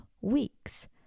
weeks